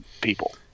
people